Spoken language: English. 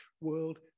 world